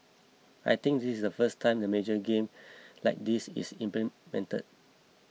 I think this is the first time in a major game like this is implemented